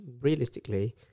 realistically